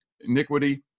iniquity